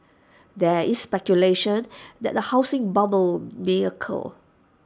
there is speculation that A housing bubble may occur